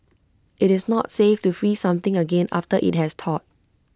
IT is not safe to freeze something again after IT has thawed